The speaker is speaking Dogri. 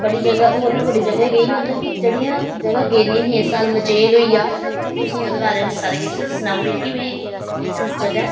बड़ी जगह होर बी जगह् गेई मतलब कि जेह्ड़ियां जगह गेदियां हियां इस साल मचेल होई गेआ मै तुसेंगी ओह्दे बारे सारा किश सनाई ओड़ेआ कि में इस इस जगह